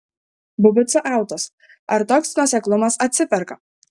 bbc autos ar toks nuoseklumas atsiperka